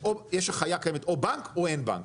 יש או בנק או אין בנק.